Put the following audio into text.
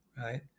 right